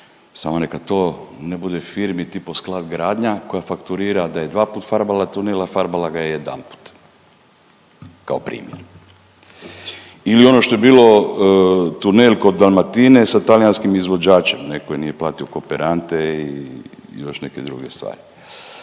samo neka to ne bude firmi tipa Sklad gradnja koja fakturira da je 2 puta farbala tunel, a farbala ga je jedanput kao primjer. Ili ono što je bilo tunel kod Dalmatine sa talijanskim izvođačem ne, koji nije platio kooperante i još neke druge stvari.